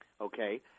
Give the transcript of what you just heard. okay